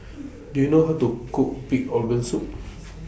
Do YOU know How to Cook Pig'S Organ Soup